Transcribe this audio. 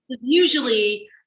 Usually